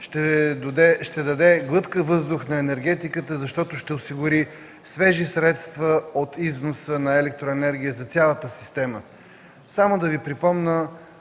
ще даде глътка въздух на енергетиката, защото ще осигури свежи средства от износа на електроенергия за цялата система.